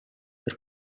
per